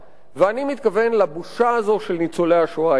ואני מתכוון לבושה הזאת של ניצולי השואה אצלנו,